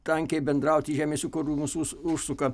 tankiai bendrauti į žemės ūkio rūmus už užsuka